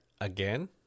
again